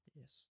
yes